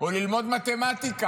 או ללמוד מתמטיקה,